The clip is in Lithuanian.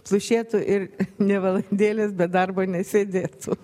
plušėtų ir nė valandėlės be darbo nesėdėtų